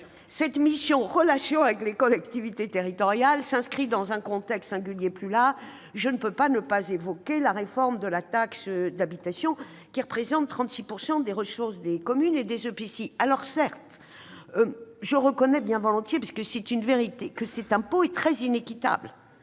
Cette mission « Relations avec les collectivités territoriales » s'inscrit dans un contexte singulier plus large. Je ne peux pas ne pas évoquer la réforme de la taxe d'habitation, qui représente 36 % des ressources des communes et des EPCI. Certes, je reconnais bien volontiers que cet impôt est très inéquitable.